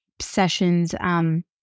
sessions